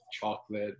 chocolate